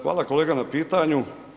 Hvala kolega na pitanju.